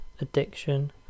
addiction